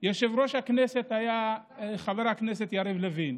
ויושב-ראש הכנסת היה חבר הכנסת יריב לוין,